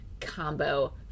combo